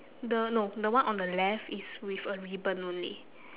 the no the one on the left is with a ribbon only